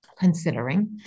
considering